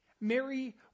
Mary